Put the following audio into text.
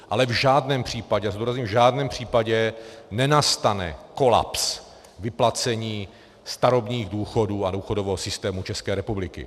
Ale v žádném případě zdůrazňuji, v žádném případě nenastane kolaps vyplácení starobních důchodů a důchodového systému České republiky.